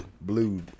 Blue